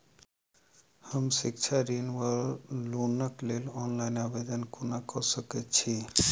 हम शिक्षा ऋण वा लोनक लेल ऑनलाइन आवेदन कोना कऽ सकैत छी?